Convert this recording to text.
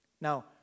Now